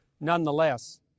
nonetheless